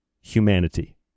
humanity